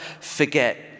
forget